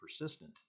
persistent